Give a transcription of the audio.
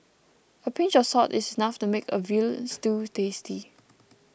a pinch of salt is enough to make a Veal Stew tasty